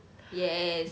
yes